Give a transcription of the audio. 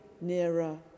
nearer